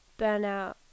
burnout